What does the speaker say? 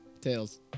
Tails